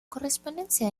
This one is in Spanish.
correspondencia